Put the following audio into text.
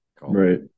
right